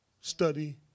study